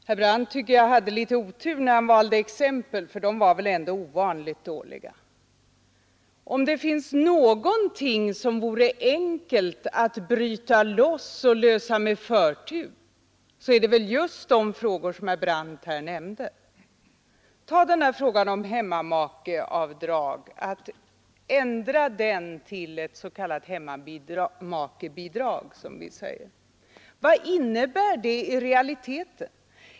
Herr talman! Herr Brandt hade litet otur när han valde exempel, för de var väl ändå ovanligt dåliga. Om det finns någonting som det vore enkelt att bryta loss och lösa med förtur, är det väl just de frågor som herr Brandt här nämnde. Ta förslaget om att ändra hemmamakeavdraget till ett hemmamakebidrag. Vad innebär det i realiteten?